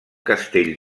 castell